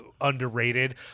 underrated